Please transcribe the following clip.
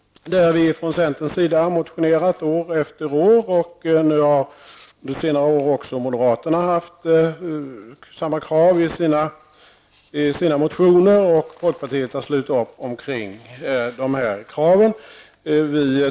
Från centern har vi år efter år motionerat, och under senare år har också moderaterna ställt samma krav i sina motioner. Även folkpartiet har slutit upp kring dessa krav.